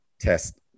Test